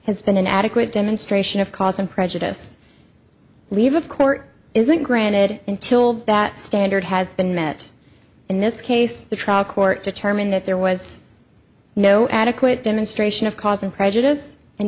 has been an adequate demonstration of cause and prejudice leave of court isn't granted until that standard has been met in this case the trial court determined that there was no adequate demonstration of causing prejudice and